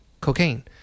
cocaine